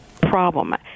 problem